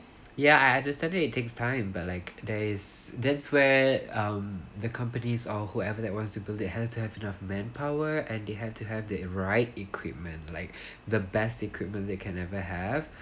ya I understand that it takes time but like today's that's where um the companies or whoever that wants to build it has to have enough manpower and they had to have the right equipment like the best equipment they can ever